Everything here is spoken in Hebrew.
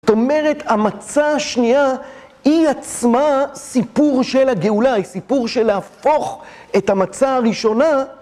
זאת אומרת, המצה השנייה היא עצמה סיפור של הגאולה, היא סיפור של להפוך את המה הראשונה.